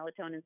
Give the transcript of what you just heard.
melatonin